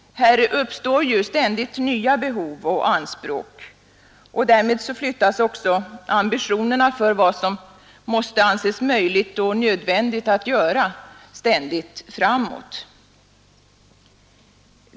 Här uppstår ju ständigt nya behov och anspråk, och därmed flyttas också ambitionerna för vad som mäste anses möjligt och nödvändigt att göra ständigt framåt.